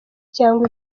cyangwa